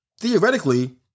theoretically